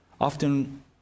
Often